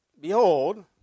Behold